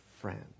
friend